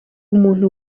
umuntu